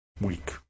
weak